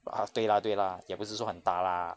ah 对 lah 对 lah 也不是说很大 lah